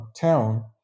town